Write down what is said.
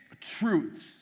truths